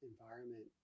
environment